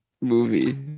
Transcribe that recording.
movie